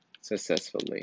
successfully